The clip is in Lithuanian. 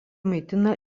maitina